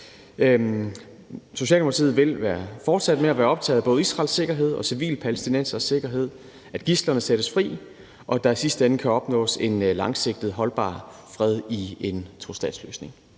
Socialdemokratiet vil fortsætte med at være optaget af både Israels sikkerhed, civile palæstinenseres sikkerhed, at gidslerne sættes fri, og at der i sidste ende kan opnås en langsigtet, holdbar fred i en tostatsløsning.